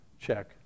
check